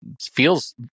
feels